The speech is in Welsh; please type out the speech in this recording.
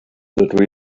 dydw